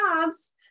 jobs